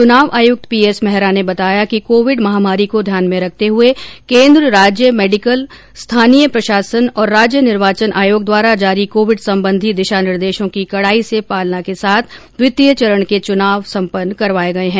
चुनाव आयुक्त पीएस मेहरा ने बताया कि कोविड महामारी को ध्यान में रखते हुए केंद्र राज्य मेडिकल स्थानीय प्रशासन और राज्य निर्वाचन आयोग द्वारा जारी कोविड संबंधी दिशा निर्देशों की कडाई से पालना के साथ द्वितीय चरण के चुनाव सम्पन्न करवाए गए हैं